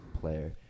player